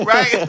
Right